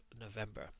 November